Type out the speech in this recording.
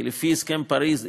כי לפי הסכם פריז,